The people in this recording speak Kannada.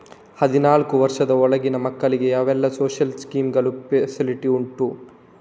ಹದಿನಾಲ್ಕು ವರ್ಷದ ಒಳಗಿನ ಮಕ್ಕಳಿಗೆ ಯಾವೆಲ್ಲ ಸೋಶಿಯಲ್ ಸ್ಕೀಂಗಳ ಫೆಸಿಲಿಟಿ ಉಂಟು?